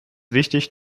wichtig